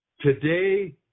Today